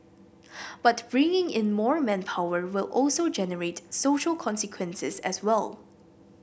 but bringing in more manpower will also generate social consequences as well